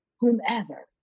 Whomever